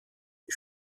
die